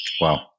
Wow